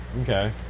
okay